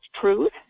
truth